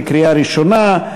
בקריאה ראשונה.